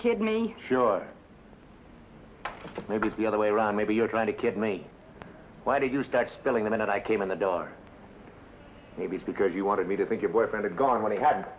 me sure maybe it's the other way around maybe you're trying to kid me why did you start spilling the minute i came in the door maybe it's because you wanted me to think your boyfriend had gone when he had